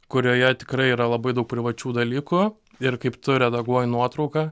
kurioje tikrai yra labai daug privačių dalykų ir kaip tu redaguoji nuotrauką